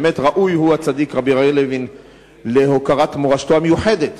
באמת ראוי הוא הצדיק רבי אריה לוין להוקרת מורשתו המיוחדת,